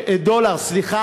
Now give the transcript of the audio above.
דולר, סליחה.